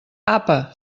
apa